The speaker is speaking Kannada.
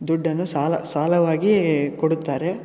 ದುಡ್ಡನ್ನು ಸಾಲ ಸಾಲವಾಗಿ ಕೊಡುತ್ತಾರೆ